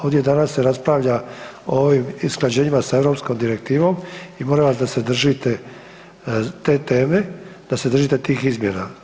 Ovdje danas se raspravlja o ovim usklađenjima sa europskom direktivom i molim vas da se držite te teme, da se držite tih izmjena.